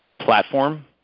platform